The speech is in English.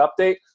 update